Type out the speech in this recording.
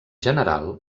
general